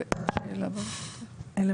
אני